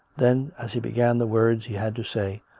then, as he began the words he had to say,